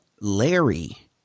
Larry